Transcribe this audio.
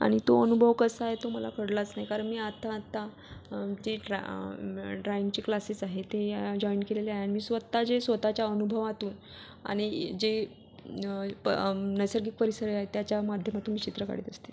आणि तो अनुभव कसा आहे तो मला कळलाच नाही कारण मी आता आता जे ड्राॅ ड्राईंगचे क्लासेस आहे ते जॉईंड केलेले आहे आणि मी स्वतः जे स्वतःच्या अनुभवातून आणि जे पं नैसर्गिक परिसर आहे त्याच्या माध्यमातून चित्र काढीत असते